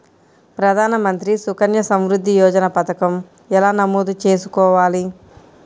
ప్రధాన మంత్రి సుకన్య సంవృద్ధి యోజన పథకం ఎలా నమోదు చేసుకోవాలీ?